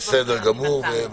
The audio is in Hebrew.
בסדר גמור.